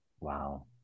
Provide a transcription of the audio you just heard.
Wow